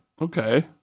okay